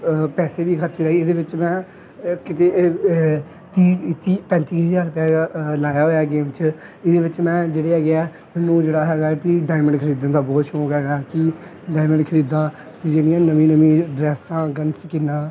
ਪੈਸੇ ਵੀ ਖਰਚ ਰਿਹਾ ਇਹਦੇ ਵਿੱਚ ਮੈਂ ਕਿਤੇ ਤੀਹ ਤੀਹ ਪੈਂਤੀ ਹਜ਼ਾਰ ਰੁਪਇਆ ਹੈਗਾ ਲਾਇਆ ਹੋਇਆ ਗੇਮ 'ਚ ਇਹਦੇ ਵਿੱਚ ਮੈਂ ਜਿਹੜੇ ਹੈਗੇ ਆ ਮੈਨੂੰ ਜਿਹੜਾ ਹੈਗਾ ਕਿ ਡਾਇਮੰਡ ਖਰੀਦਣ ਦਾ ਬਹੁਤ ਸ਼ੌਕ ਹੈਗਾ ਕਿ ਡਾਇਮੰਡ ਖਰੀਦਾਂ ਜਿਹੜੀਆਂ ਨਵੀਂ ਨਵੀਂ ਡਰੈੱਸਾਂ ਗਨਸ ਸਕਿਨਾਂ